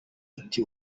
iti